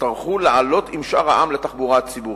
שיצטרכו לעלות עם שאר העם לתחבורה הציבורית.